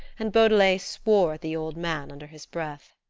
and beaudelet swore at the old man under his breath.